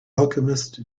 alchemist